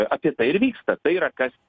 apie tai ir vyksta tai yra kas